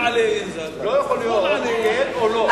לא יכול להיות כן או לא.